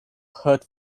heart